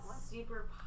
super